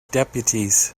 deputies